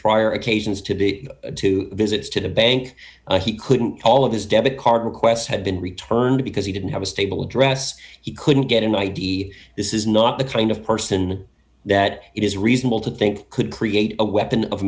prior occasions to the two visits to the bank he couldn't all of his debit card requests have been returned because he didn't have a stable address he couldn't get an id this is not the kind of person that it is reasonable to think could create a weapon of